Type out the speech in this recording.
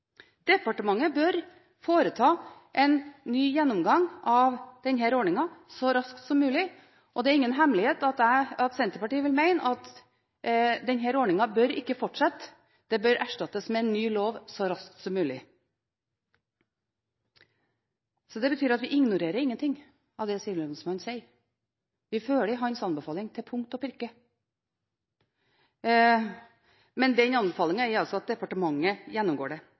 Departementet bør foreta en ny gjennomgang av denne ordningen så raskt som mulig. Det er ingen hemmelighet at vi i Senterpartiet vil mene at denne ordningen ikke bør fortsette – den bør erstattes med en ny lov så raskt som mulig. Det betyr at vi ikke ignorerer noe av det Sivilombudsmannen sier. Vi følger hans anbefaling til punkt og prikke. Den anbefalingen er altså at departementet gjennomgår det.